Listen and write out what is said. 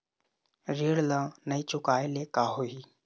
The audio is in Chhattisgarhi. ऋण ला नई चुकाए ले का होही?